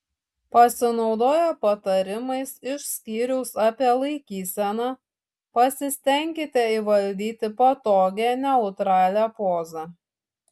pasinaudoję patarimais iš skyriaus apie laikyseną pasistenkite įvaldyti patogią neutralią pozą